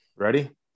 Ready